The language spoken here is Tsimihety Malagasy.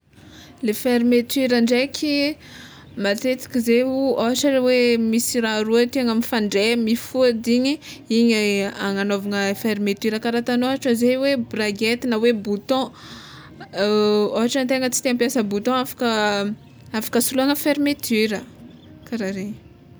Le fermeture ndraiky, matetiky zeo ôhatra le hoe misy raha roa tegna mifandray mifôdy igny igny agnanaovana fermeture kara ataonao ohatra zay hoe bragety na hoe bouton, ohatra antegna tsy te hampiasa bouton afaka soloina fermeture, kara regny.